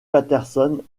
patterson